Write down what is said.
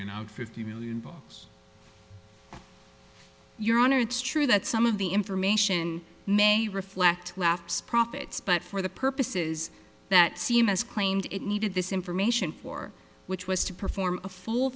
pay now fifty billion bucks your honor it's true that some of the information may reflect lefts profits but for the purposes that seem as claimed it needed this information for which was to perform a full